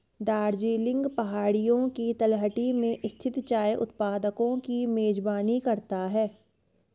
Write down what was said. दार्जिलिंग पहाड़ियों की तलहटी में स्थित चाय उत्पादकों की मेजबानी करता है